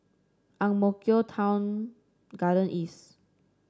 Ang Mo Kio Town Garden East